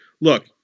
look